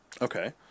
Okay